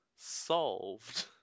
Solved